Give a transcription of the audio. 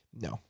No